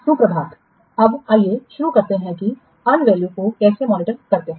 सुप्रभात अब आइए शुरू करते हैं किअर्न वैल्यू को कैसे मॉनिटर करते हैं